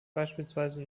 beispielsweise